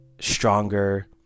stronger